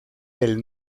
del